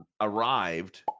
arrived